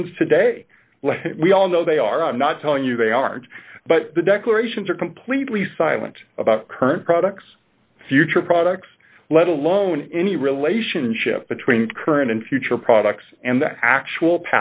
phones today we all know they are not telling you they aren't but the declarations are completely silent about current products future products let alone any relationship between current and future products and the actual